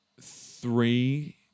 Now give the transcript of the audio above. three